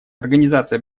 организация